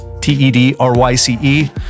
T-E-D-R-Y-C-E